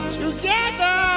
together